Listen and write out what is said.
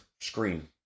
screen